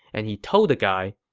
and he told the guy,